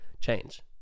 change